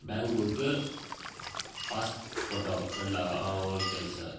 bank book pass photo ரெண்டா okay sir